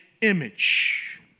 image